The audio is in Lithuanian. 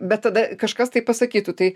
bet tada kažkas taip pasakytų tai